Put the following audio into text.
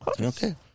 okay